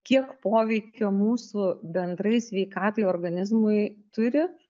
kiek poveikio mūsų bendrai sveikatai organizmui turi